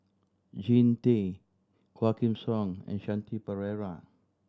Jean Tay Quah Kim Song and Shanti Pereira